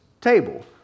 table